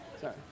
Sorry